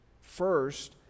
First